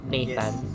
Nathan